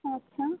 अच्छा